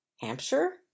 Hampshire